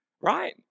right